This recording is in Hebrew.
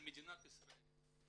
של מדינת ישראל,